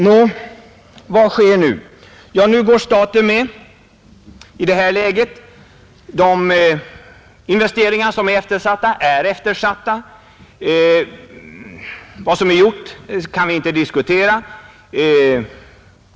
Nå, vad sker nu? I det här läget går staten med. De investeringar som är eftersatta är eftersatta. Vad som är gjort behöver vi inte nu diskutera.